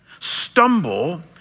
stumble